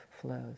flows